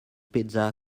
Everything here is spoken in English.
pizza